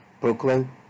Brooklyn